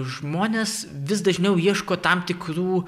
žmonės vis dažniau ieško tam tikrų